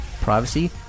privacy